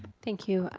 thank you,